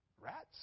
rats